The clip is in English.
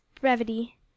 brevity